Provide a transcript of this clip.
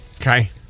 Okay